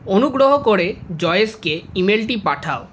অনুগ্রহ করে জয়েশকে ই মেলটি পাঠাও